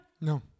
No